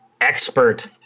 expert